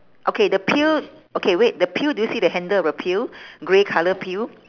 okay the pail okay wait the pail do you see the handle of a pail grey colour pail